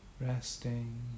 Resting